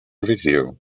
video